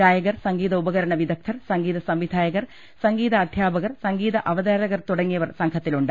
ഗായുകർ സൃംഗീത ഉപകരണ വിദ ഗ്ദ്ധർ സംഗീത സംവിധായകർ സംഗീത അധ്യാപകർ സംഗീത അവതാരകർ തുടങ്ങിയ്വർ സംഘത്തിലുണ്ട്